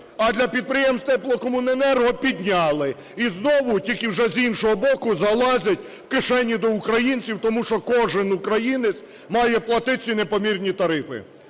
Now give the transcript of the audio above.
а для підприємств теплокомуненерго підняли, і знову, тільки вже з іншого боку, залазять в кишені до українців, тому що кожен українець має платить ці непомірні тарифи.